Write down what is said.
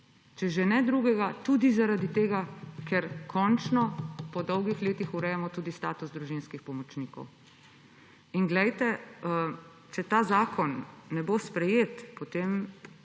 Če že ne drugega, tudi zaradi tega, ker končno, po dolgih letih urejamo tudi status družinskih pomočnikov. In če ta zakon ne bo sprejet, potem